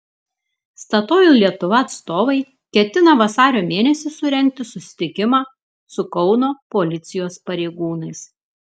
statoil lietuva atstovai ketina vasario mėnesį surengti susitikimą su kauno policijos pareigūnais